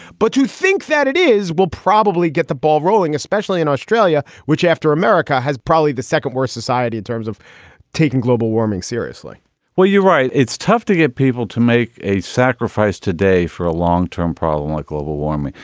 but you think that it is. we'll probably get the ball rolling, especially in australia, which after america has probably the second worst society in terms of taking global warming seriously well, you're right. it's tough to get people to make a sacrifice today for a long term problem like global warming.